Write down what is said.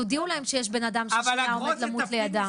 תודיעו להם שיש בן אדם שעוד שנייה עומד למות לידם.